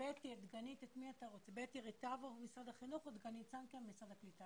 את בטי ריטבו ממשרד החינוך או דגנית סנקר ממשרד הקליטה?